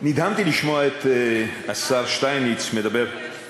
נדהמתי לשמוע את השר שטייניץ מדבר, איפה